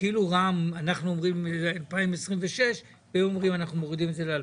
אנחנו אומרים 2026 והם אומרים שהם מורידים את זה ל-2023,